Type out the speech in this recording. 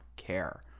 care